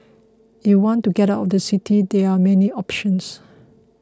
if you want to get out of the city there are many options